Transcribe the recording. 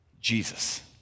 Jesus